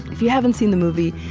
if you haven't seen the movie,